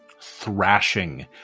thrashing